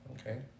Okay